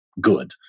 good